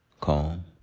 calm